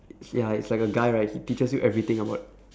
ya it's like a guy right he teaches you everything about